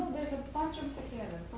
there's a bunch of cicadas.